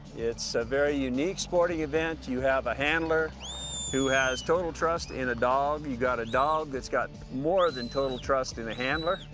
it's a very unique sporting event. you have a handler who has total trust in a dog. um you got a dog that's got more than total trust in the handler.